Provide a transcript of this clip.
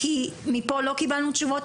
כי מפה לא קיבלנו תשובות,